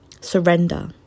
surrender